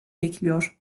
bekliyor